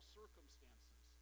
circumstances